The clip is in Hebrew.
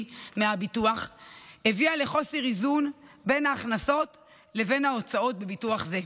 מהביטוח הביאה לחוסר איזון בין ההכנסות לבין ההוצאות בביטוח זה.